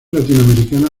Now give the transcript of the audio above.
latinoamericana